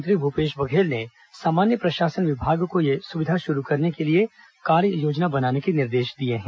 मुख्यमंत्री भूपेश बघेल ने सामान्य प्रशासन विभाग को यह सुविधा शुरू करने के लिए कार्ययोजना बनाने के निर्देश दिए हैं